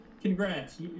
congrats